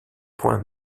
points